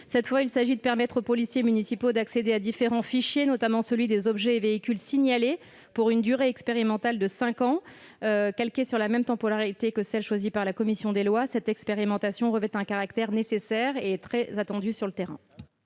cette fois, à permettre aux policiers municipaux d'accéder à différents fichiers, notamment à celui des objets et véhicules signalés pour une durée expérimentale de cinq ans. Calquée sur la temporalité choisie par la commission des lois, cette expérimentation revêt un caractère nécessaire et est très attendue sur le terrain.